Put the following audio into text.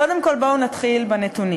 קודם כול, בואו נתחיל בנתונים.